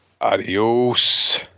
Adios